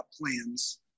plans